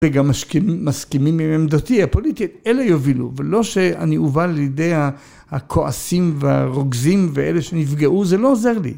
וגם מסכימים עם עמדתי הפוליטית, אלה יובילו, ולא שאני אובל לידי הכועסים והרוגזים ואלה שנפגעו, זה לא עוזר לי